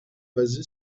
basé